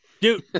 Dude